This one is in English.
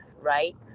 right